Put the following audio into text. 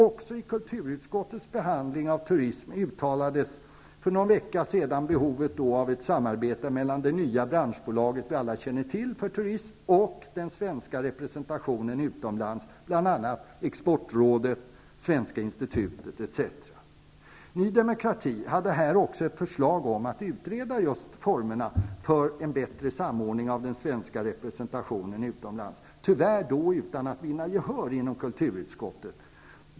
Också i kulturutskottets behandling av turism för någon vecka sedan uttalades behovet av ett samarbete mellan det nya branschbolaget för turismen och den svenska representationen utomlands, bl.a. exportrådet och Svenska Ny demokrati hade här också ett förslag om att man skulle utreda formerna för en bättre samordning av den svenska representationen utomlands -- tyvärr utan att vinna gehör i kulturutskottet.